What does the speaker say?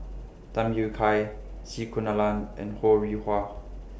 Tham Yui Kai C Kunalan and Ho Rih Hwa